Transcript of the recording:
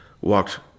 walked